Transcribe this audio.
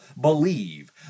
believe